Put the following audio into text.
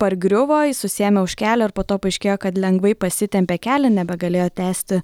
pargriuvo jis susiėmė už kelio ir po to paaiškėjo kad lengvai pasitempė kelį nebegalėjo tęsti